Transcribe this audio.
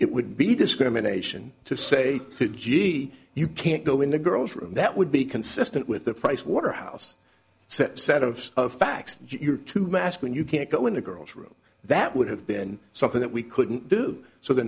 it would be discrimination to say gee you can't go in the girl's room that would be consistent with the pricewaterhouse set of facts you're to mask when you can't go into girls room that would have been something that we couldn't do so the